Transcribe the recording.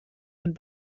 and